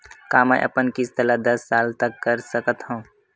का मैं अपन किस्त ला दस साल तक कर सकत हव?